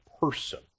person